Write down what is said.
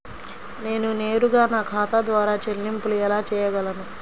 నేను నేరుగా నా ఖాతా ద్వారా చెల్లింపులు ఎలా చేయగలను?